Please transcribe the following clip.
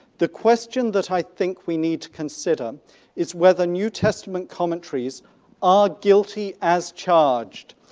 the question that i think we need to consider is whether new testament commentaries are guilty as charged.